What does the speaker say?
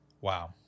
Wow